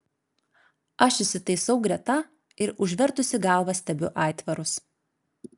aš įsitaisau greta ir užvertusi galvą stebiu aitvarus